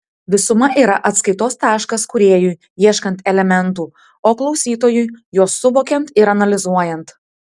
visuma yra atskaitos taškas kūrėjui ieškant elementų o klausytojui juos suvokiant ir analizuojant